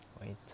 wait